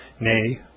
nay